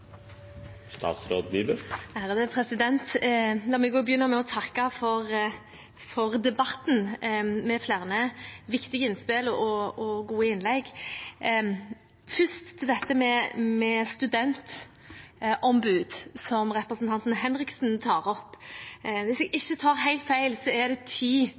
begynne med å takke for debatten, med flere viktige innspill og gode innlegg. Først til dette med studentombud, som representanten Martin Henriksen tar opp: Hvis jeg ikke tar helt feil, er det i dag ti